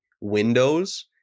windows